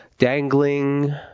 Dangling